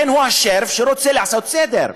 הוא השריף שרוצה לעשות סדר,